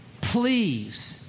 please